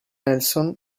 nelson